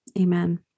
Amen